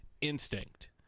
instinct